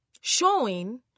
showing